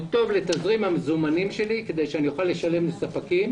הוא טוב לתזרים המזומנים שלי כדי שאני אוכל לשלם לספקים.